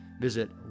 visit